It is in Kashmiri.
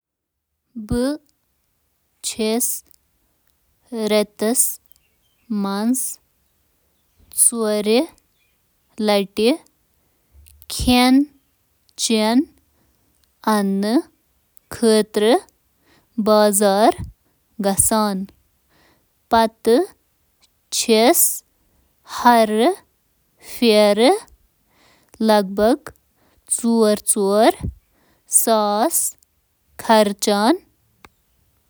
بہٕ چُھس پرٛٮ۪تھ دۄہ کھیٚن تہٕ باقٕے چیٖز ہیٚنَس منٛز گُزاران اَوسَط یہِ آسہِ أکِس رٮ۪تس منٛز اَوسَط. پنژاہ ۔شیٹھ- ۔